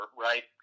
right